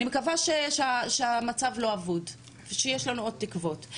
אני מקווה שהמצב לא אבוד, ושיש לנו עוד תקוות.